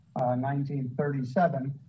1937